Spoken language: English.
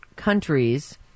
countries